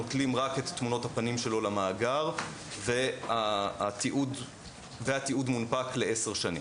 נוטלים רק את תמונות הפנים שלו למאגר והתיעוד מונפק לעשר שנים.